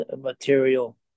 material